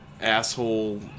asshole